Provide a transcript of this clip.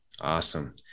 Awesome